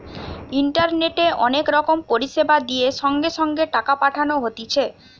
ইন্টারনেটে অনেক রকম পরিষেবা দিয়ে সঙ্গে সঙ্গে টাকা পাঠানো হতিছে